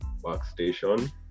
workstation